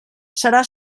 serà